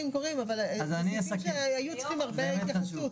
אבל אלה שסעיפים שצריכים הרבה התייחסות.